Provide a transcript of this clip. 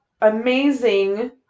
amazing